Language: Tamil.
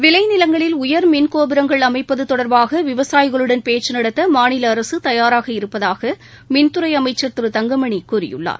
விளை நிலங்களில் உயர் மின்கோபுரங்கள் அமைப்பது தொடர்பாக விவசாயிகளுடன் பேச்சு நடத்த மாநில அரசு தயாராக இருப்பதாக மின்துறை அமைச்சர் திரு தங்கமணி கூறியுள்ளார்